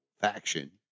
faction